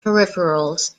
peripherals